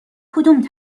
کدوم